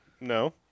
No